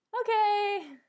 Okay